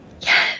Yes